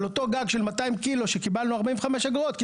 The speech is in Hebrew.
על אותו גג של 200 קילו שקיבלנו 45 אגורות,